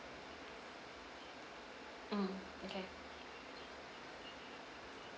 mm okay